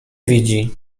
widzi